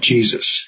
Jesus